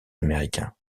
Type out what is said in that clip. américain